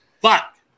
Fuck